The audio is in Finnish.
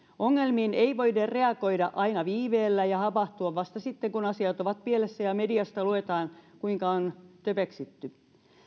ongelmiin ei voida reagoida aina viiveellä ja havahtua vasta sitten kun asiat ovat pielessä ja mediasta luetaan kuinka on töpeksitty